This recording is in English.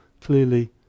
clearly